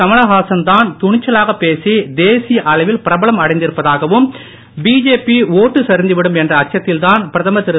கமலஹாசன் தான் துணிச்சலாகப் பேசி தேசிய அளவில் பிரபலம் அடைந்திருப்பதாகவும் பிஜேபி ஓட்டு சரிந்துவிடும் என்ற அச்சத்தில்தான் பிரதமர் திரு